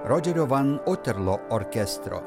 rodžerio van oterlo orkestro